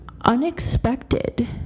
unexpected